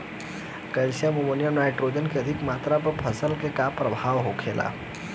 Calcium ammonium nitrate के अधिक मात्रा से फसल पर का प्रभाव होखेला?